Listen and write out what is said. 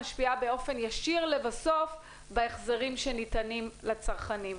משפיעה באופן ישיר לבסוף בהחזרים שניתנים לצרכנים?